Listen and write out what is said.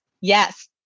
yes